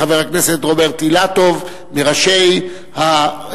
חבר הכנסת רוברט אילטוב הוא מראשי קבוצת